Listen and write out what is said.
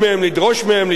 לתבוע מהם,